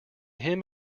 him